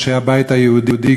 אנשי הבית היהודי,